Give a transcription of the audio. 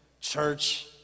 church